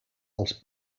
als